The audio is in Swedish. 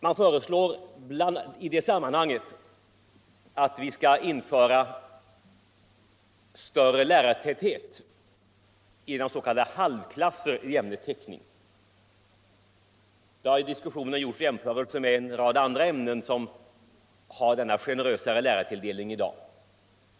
Man föreslår i det sammanhanget att vi skall införa större lärartäthet, s.k. halvklasser i ämnet teckning. Det har i diskussionen gjorts jämförelser med en rad andra ämnen som har denna generösa lärartilldelning i dag.